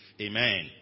Amen